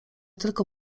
tylko